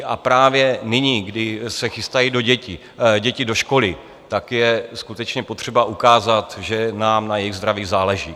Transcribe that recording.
A právě nyní, kdy se chystají děti do školy, tak je skutečně potřeba ukázat, že nám na jejich zdraví záleží.